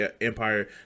Empire